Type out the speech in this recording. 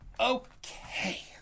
Okay